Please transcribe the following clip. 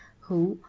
who,